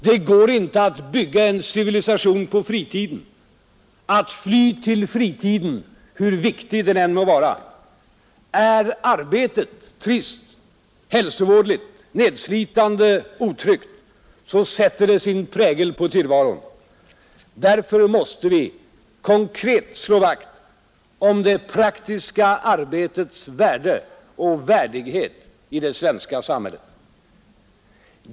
Det går inte att bygga en civilisation på fritiden, att fly till fritiden, hur viktig den än må vara. Är arbetet trist, hälsovådligt, nedslitande, otryggt, så sätter detta sin prägel på tillvaron. Därför måste vi konkret slå vakt om det praktiska arbetets värde och värdighet i det svenska samhället.